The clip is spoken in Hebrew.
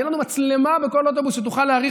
תהיה לנו מצלמה בכל אוטובוס שתוכל להעריך.